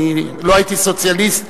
אני לא הייתי סוציאליסט,